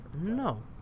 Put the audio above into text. No